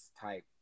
type